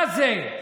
מה זה?